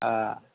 हँ